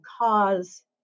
cause